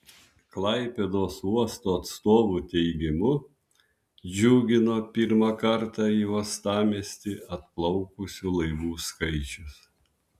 klaipėdos uosto atstovų teigimu džiugino pirmą kartą į uostamiestį atplaukusių laivų skaičius